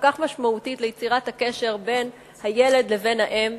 המשמעותית כל כך ליצירת הקשר בין הילד לבין האם.